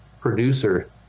producer